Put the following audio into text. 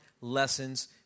lessons